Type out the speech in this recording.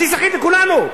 וליצור בסיס אחיד לכולנו.